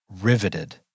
Riveted